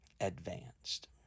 advanced